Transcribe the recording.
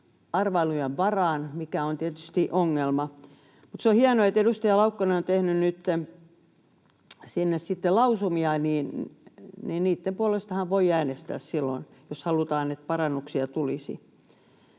arvailujen varaan, mikä on tietysti ongelma. Mutta se on hienoa, että edustaja Laukkanen on tehnyt nyt sinne sitten lausumia, eli niitten puolestahan voi äänestää silloin, jos halutaan, että parannuksia tulisi.